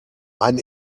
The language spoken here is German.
ein